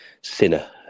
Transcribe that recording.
Sinner